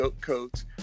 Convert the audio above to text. coats